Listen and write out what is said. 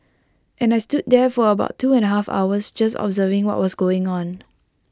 and I stood there for about two and A half hours just observing what was going on